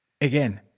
again